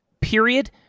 period